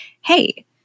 hey